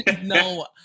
No